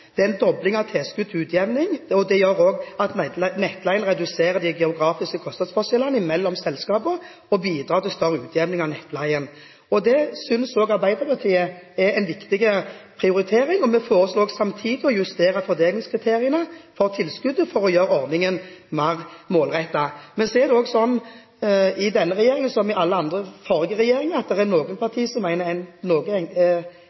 Det er en dobling av tilskudd til utjevning, og det gjør også at nettleien reduserer de geografiske kostnadsforskjellene mellom selskapene og bidrar til større utjevning av nettleien. Dette synes også Arbeiderpartiet er en viktig prioritering, og vi foreslår samtidig å justere fordelingskriteriene for tilskuddet for å gjøre ordningen mer målrettet. Men så er det også sånn i denne regjeringen, som i alle andre forrige regjeringer, at det er noen partier som mener at noe